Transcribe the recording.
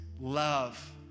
love